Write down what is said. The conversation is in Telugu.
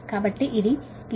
కాబట్టి ఇది 11